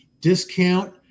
discount